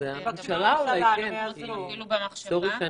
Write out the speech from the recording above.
לא במחשבה.